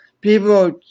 People